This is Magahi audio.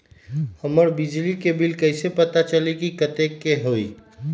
हमर बिजली के बिल कैसे पता चलतै की कतेइक के होई?